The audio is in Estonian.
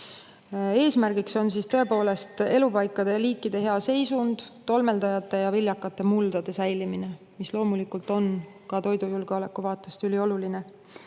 Eesmärgiks on elupaikade ja liikide hea seisund, tolmeldajate ja viljakate muldade säilimine, mis loomulikult on ka toidujulgeoleku vaatest ülioluline.